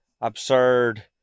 absurd